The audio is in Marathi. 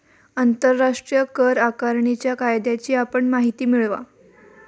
आंतरराष्ट्रीय कर आकारणीच्या कायद्याची आपण माहिती मिळवा